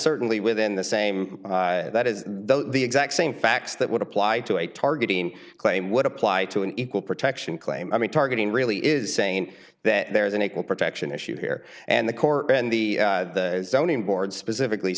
certainly within the same that is the exact same facts that would apply to a targeting claim would apply to an equal protection claim i mean targeting really is saying that there is an equal protection issue here and the court and the zoning board specifically